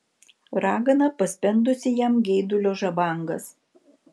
ragana paspendusi jam geidulio žabangas